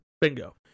Bingo